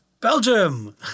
Belgium